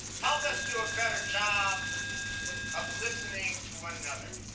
help us do a better job of listening to one another.